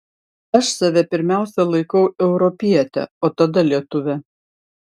aš save pirmiausia laikau europiete o tada lietuve